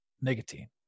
nicotine